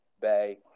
Bay